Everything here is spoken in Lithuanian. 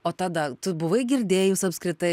o tada tu buvai girdėjus apskritai